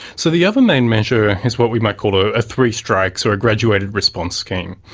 so the other main measure is what we might call a three strikes or a graduated response scheme.